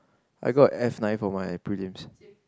I got F nine for my prelims